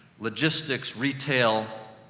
logistics, retail,